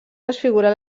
desfigurat